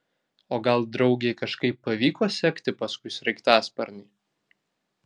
o gal draugei kažkaip pavyko sekti paskui sraigtasparnį